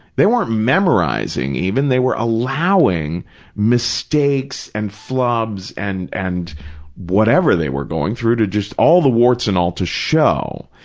they weren't memorizing, even, they were allowing mistakes and flubs and and whatever they were going through, just all the warts and all to show,